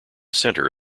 center